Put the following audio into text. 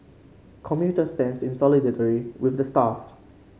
commuter stands in solidarity with the staff